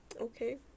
Okay